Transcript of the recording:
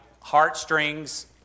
heartstrings